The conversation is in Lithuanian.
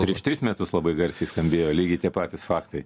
prieš tris metus labai garsiai skambėjo lygiai tie patys faktai